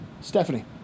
Stephanie